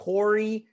Corey